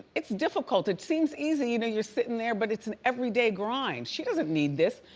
it's difficult. it seems easy, you know you're sitting there, but it's an everyday grind. she doesn't need this.